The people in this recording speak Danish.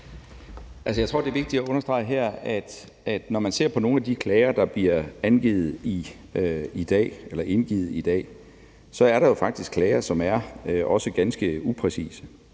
Jeg tror, det er vigtigt at understrege her, at når man ser på nogle af de klager, der bliver indgivet i dag, er der jo faktisk klager, som også er ganske upræcise.